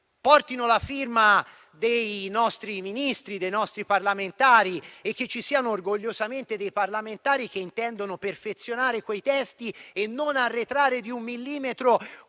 portino la firma dei nostri Ministri e dei nostri parlamentari e che ci siano orgogliosamente dei parlamentari che intendono perfezionare quei testi e non arretrare di un millimetro